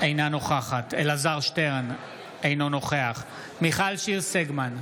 אינה נוכחת אלעזר שטרן, אינו נוכח מיכל שיר סגמן,